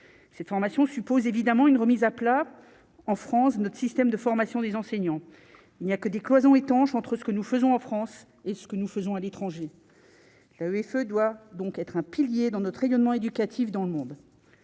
cette formation suppose évidemment une remise à plat en France, notre système de formation des enseignants, il n'y a que des cloisons étanches entre ce que nous faisons en France et ce que nous faisons à l'étranger, la griffe doit donc être un pilier dans notre rayonnement éducatifs dans le monde,